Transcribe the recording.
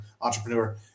entrepreneur